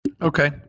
Okay